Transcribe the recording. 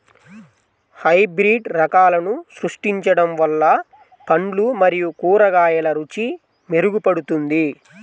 hybrid రకాలను సృష్టించడం వల్ల పండ్లు మరియు కూరగాయల రుచి మెరుగుపడుతుంది